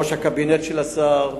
ראש הקבינט של השר.